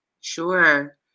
Sure